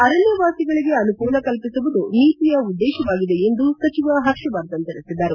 ಅರಣ್ಯ ವಾಸಿಗಳಿಗೆ ಅನುಕೂಲ ಕಲ್ಪಿಸುವುದು ನೀತಿಯ ಉದ್ದೇಶವಾಗಿದೆ ಎಂದು ಸಚಿವ ಹರ್ಷವರ್ಧನ್ ತಿಳಿಸಿದರು